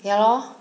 ya lor